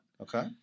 Okay